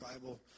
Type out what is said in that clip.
Bible